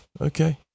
Okay